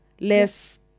less